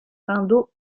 indo